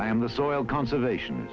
i am the soil conservation